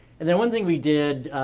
and then one thing we did,